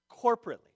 Corporately